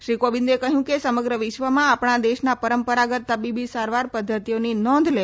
શ્રી કોવિંદે કહ્યું કે સમગ્ર વિશ્વમાં આપણા દેશના પરંપરાગત તબીબી સારવાર પદ્ધતિઓની નોંધ લેવામાં આવી રહી છે